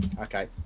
okay